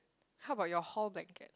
how about your hall blanket